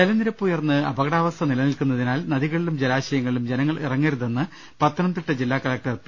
ജലനിരപ്പ് ഉയർന്ന് അപകടാവസ്ഥ നിലനിൽക്കുന്നതിനാൽ നദിക ളിലും ജലാശയങ്ങളിലും ജനങ്ങൾ ഇറങ്ങരുതെന്ന് പത്തനംതിട്ട ജില്ലാകലക്ടർ പി